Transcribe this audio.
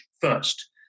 first